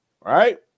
right